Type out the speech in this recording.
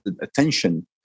attention